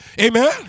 Amen